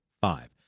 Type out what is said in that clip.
Five